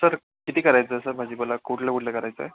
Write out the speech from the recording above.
sir किती करायचं sir म्हणजे बोला कुठलं कुठलं करायचं आहे